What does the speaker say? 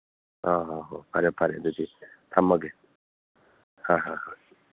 ꯑ ꯍꯣꯏ ꯍꯣꯏ ꯐꯔꯦ ꯐꯔꯦ ꯑꯗꯨꯗꯤ ꯊꯝꯃꯒꯦ ꯍꯣꯏ ꯍꯣꯏ ꯍꯣꯏ